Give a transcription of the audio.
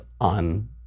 on